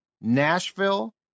Nashville